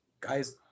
guys